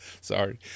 Sorry